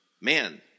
Man